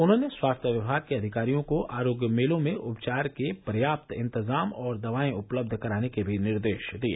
उन्होंने स्वास्थ्य विमाग के अधिकारियों को आरोग्य मेलों में उपचार के पर्याप्त इंतजाम और दवाए उपलब्ध कराने के भी निर्देश दिए